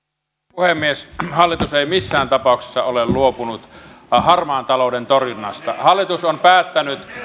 puhemies hallitus ei missään tapauksessa ole luopunut harmaan talouden torjunnasta hallitus on päättänyt